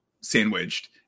sandwiched